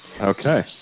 Okay